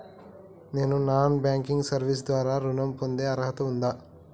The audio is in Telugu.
నేను నాన్ బ్యాంకింగ్ సర్వీస్ ద్వారా ఋణం పొందే అర్హత ఉందా?